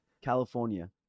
california